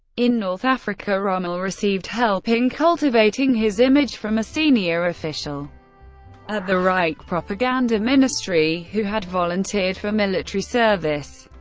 in north africa, rommel received help in cultivating his image from, a senior official at the reich propaganda ministry who had volunteered for military service.